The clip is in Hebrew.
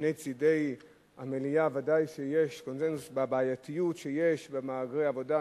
שמשני צדי המליאה ודאי שיש קונסנזוס על הבעייתיות שיש במהגרי עבודה,